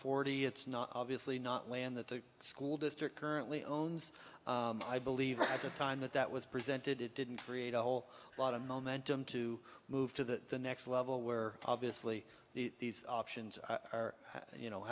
forty it's not obviously not land that the school district currently owns i believe at the time that that was presented it didn't create a whole lot of momentum to move to the next level where obviously the options are you know